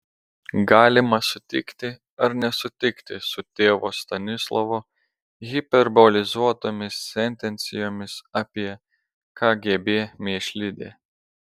galima sutikti ar nesutikti su tėvo stanislovo hiperbolizuotomis sentencijomis apie kgb mėšlidę